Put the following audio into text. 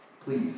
Please